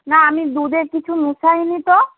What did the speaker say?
না আমি দুধে কিছু মিশাই নি তো